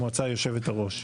המועצה ויושבת הראש.